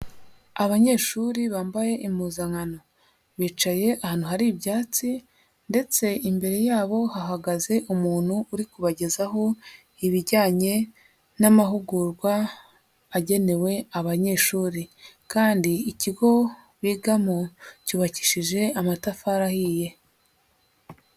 Abanyeshuri bambaye impuzankano, bicaye ahantu hari ibyatsi ndetse imbere yabo hahagaze umuntu uri kubagezaho ibijyanye n'amahugurwa agenewe abanyeshuri kandi ikigo bigamo cyubakishije amatafari ahiye.